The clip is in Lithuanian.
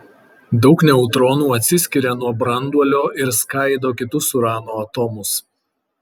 daug neutronų atsiskiria nuo branduolio ir skaido kitus urano atomus